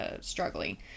struggling